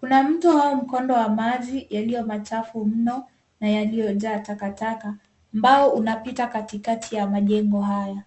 Kuna mto au mkondo wa maji yaliyo machafu mno na yaliyojaa takataka. Mbao unapita katikati ya majengo haya.